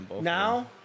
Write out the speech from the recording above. now